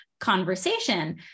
conversation